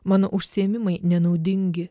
mano užsiėmimai nenaudingi